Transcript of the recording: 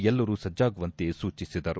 ಎಲ್ಲರೂ ಸಜ್ಜಾಗುವಂತೆ ಸೂಚಿಸಿದರು